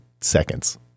seconds